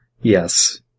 Yes